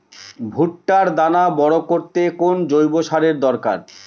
ভুট্টার দানা বড় করতে কোন জৈব সারের দরকার?